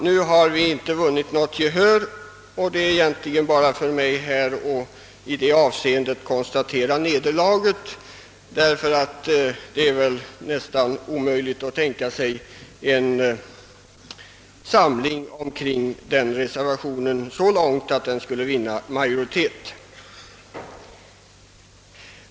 Nu har vi inte vunnit något gehör, och det återstår för mig bara att konstatera nederlaget. Det är väl nästan "omöjligt att tänka sig en samling kring reservationen så långt att den skulle vinna majoritet.